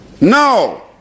No